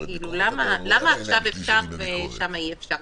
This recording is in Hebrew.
למה עכשיו אפשר ושם אי-אפשר?